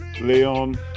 Leon